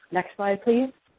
next slide, please.